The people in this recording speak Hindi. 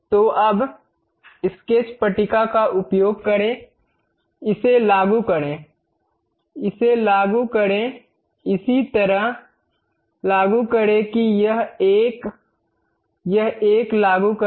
तो अब स्केच पट्टिका का उपयोग करें इसे लागू करें इसे लागू करें इसी तरह लागू करें कि यह एक यह एक लागू करें